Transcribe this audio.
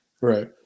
Right